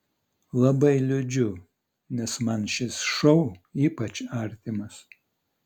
labai liūdžiu nes man šis šou ypač artimas